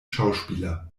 schauspieler